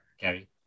Gary